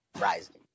Rising